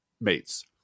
mates